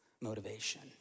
motivation